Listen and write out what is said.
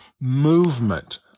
movement